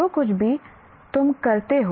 जो कुछ भी तुम करते हो